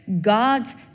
God's